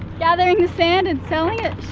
gathering the sand and selling it